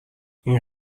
این